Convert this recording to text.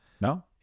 No